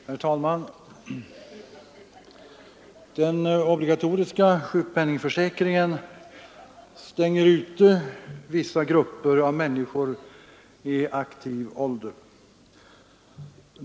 Herr talman! Den obligatoriska sjukpenningförsäkringen stänger ute vissa grupper av människor i aktiv ålder.